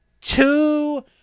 two